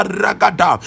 ragada